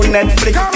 Netflix